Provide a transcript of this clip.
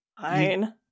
fine